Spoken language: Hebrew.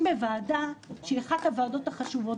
בוועדה שהיא אחת הוועדות החשובות,